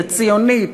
הציונית.